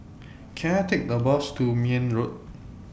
Can I Take A Bus to Mayne Road